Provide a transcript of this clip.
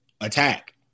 attack